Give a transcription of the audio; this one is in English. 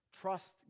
Trust